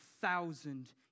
thousand